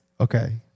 Okay